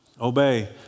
Obey